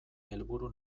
helburu